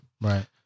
right